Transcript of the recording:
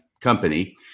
company